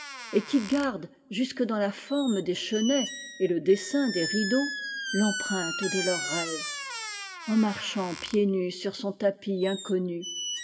et qui garde jusque dans la forme des chenêts et le dessin des rideaux l'empreinte de leur rêve en marchant pieds nus sur son tapis inconnu